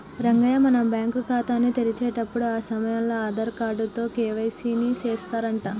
రంగయ్య మనం బ్యాంకు ఖాతాని తెరిచేటప్పుడు ఆ సమయంలో ఆధార్ కార్డు తో కే.వై.సి ని సెత్తారంట